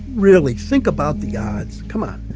really think about the odds. come on.